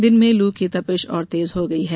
दिन में लू की तपीस और तेज हो गई है